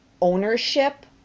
ownership